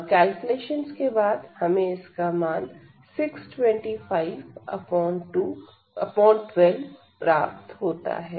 और कैलकुलेशंस के बाद हमें इसका मान 62512 प्राप्त होता है